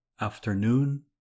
afternoon